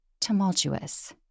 tumultuous